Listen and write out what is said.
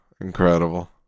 Incredible